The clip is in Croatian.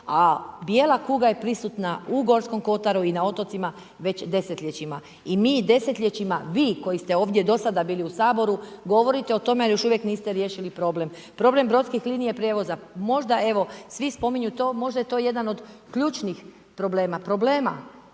a bijela kuga je prisutna u Gorskom kotaru i na otocima već desetljećima. I mi desetljećima, vi koji ste ovdje do sada bili u Saboru govorite o tome a još uvijek niste riješili problem. Problem brodskih linija prijevoza. Možda evo svi spominju to, možda je to jedan od ključnih problema. Problema